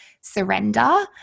surrender